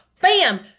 bam